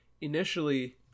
initially